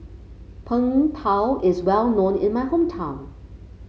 Png Tao is well known in my hometown